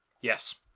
Yes